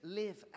live